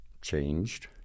changed